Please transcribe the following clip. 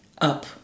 up